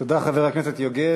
תודה, חבר הכנסת יוגב.